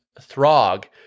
Throg